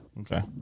Okay